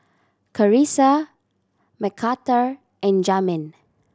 Carissa Mcarthur and Jamin